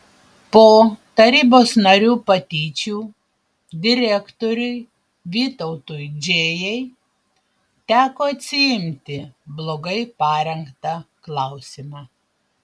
po tarybos narių patyčių direktoriui vytautui džėjai teko atsiimti blogai parengtą klausimą